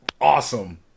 awesome